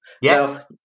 Yes